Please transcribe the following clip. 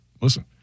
listen